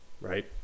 right